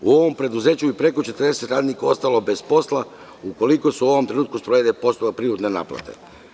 U ovom preduzeću je preko 40 radnika ostalo bez posla, ukoliko se u ovom trenutku sprovede postupak prinudne naplate.